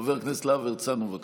חבר הכנסת להב הרצנו, בבקשה.